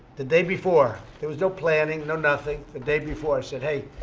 the day before there was no planning, no nothing the day before, i said, hey,